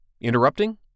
Interrupting